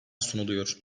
sunuluyor